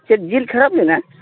ᱪᱮᱫ ᱡᱤᱞ ᱠᱷᱟᱨᱟᱯᱞᱮᱱᱟ